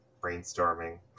brainstorming